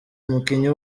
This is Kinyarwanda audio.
umukinnyi